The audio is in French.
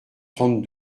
trente